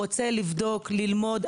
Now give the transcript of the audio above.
הוא רוצה לבדוק וללמוד.